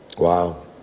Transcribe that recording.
Wow